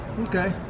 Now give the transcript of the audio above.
Okay